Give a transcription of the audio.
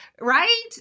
right